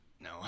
No